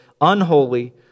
unholy